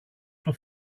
του